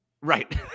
right